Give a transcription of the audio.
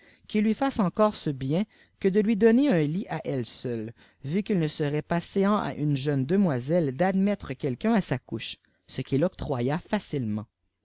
qu'il lui fasse encore ce bien que de lui donner un ut à elle seule vu qu'il ne serait pas séant à une jeune demoiselle d'admettre quelqu'un à sa couche ce qu'il octroya facilement